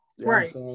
Right